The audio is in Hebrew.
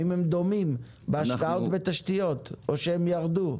האם הם דומים בהשקעה ובתשתיות או שהם ירדו?